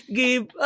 give